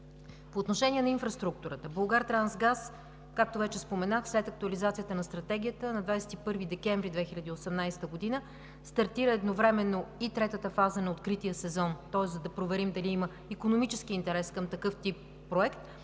По отношение на инфраструктурата. „Булгартрансгаз“, както вече споменах, сред актуализацията на Стратегията на 21 декември 2018 г. стартира едновременно и третата фаза на открития сезон, тоест за да проверим дали има икономически интерес към такъв тип проект,